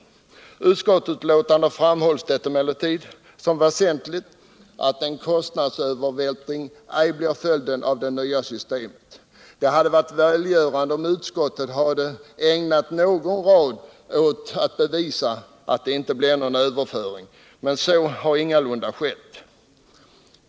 I utskottsbetänkandet framhålls det emellertid som väsentligt att en kostnadsövervältring ej blir följden av det nya systemet. Det hade varit välgörande om utskottet hade ägnat någon rad åt att bevisa att det inte blir någon överföring, men så har ingalunda skett.